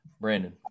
Brandon